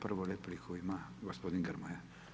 Prvu repliku ima gospodin Grmoja.